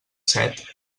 set